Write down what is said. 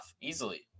easily